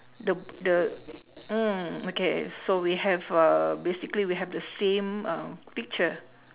the the mm okay so we have uh basically we have the same um picture